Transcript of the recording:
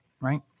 right